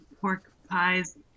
pork-pies